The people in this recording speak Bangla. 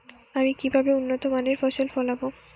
আমি কিভাবে উন্নত মানের ফসল ফলাব?